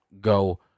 go